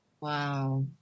Wow